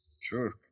sure